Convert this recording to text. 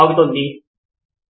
professor తప్పకుండా